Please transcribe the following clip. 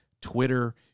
Twitter